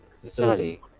facility